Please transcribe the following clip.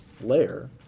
layer